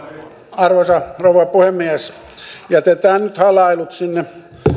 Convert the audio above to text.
arvoisa rouva puhemies jätetään nyt halailut sinne